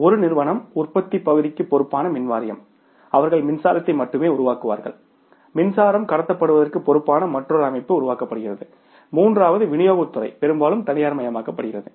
ஒரு நிறுவனம் உற்பத்தி பகுதிக்கு பொறுப்பான மின் வாரியம் அவர்கள் மின்சாரத்தை மட்டுமே உருவாக்குவார்கள் மின்சாரம் கடத்தப்படுவதற்கு பொறுப்பான மற்றொரு அமைப்பு உருவாக்கப்படுகிறது மூன்றாவது விநியோகத் துறை பெரும்பாலும் தனியார்மயமாக்கப்படுகிறது